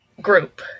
group